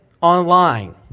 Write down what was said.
online